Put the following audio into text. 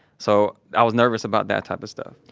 so, i was nervous about that type of stuff.